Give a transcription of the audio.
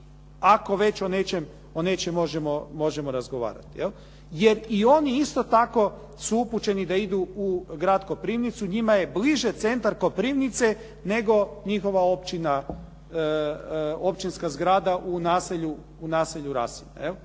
ako već o nečem možemo razgovarati. Jer i oni isto tako su upućeni da idu u grad Koprivnicu. Njima je bliže centar Koprivnice nego njihova općinska zgrada u naselju Rasinje.